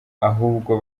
ahubwo